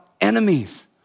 enemies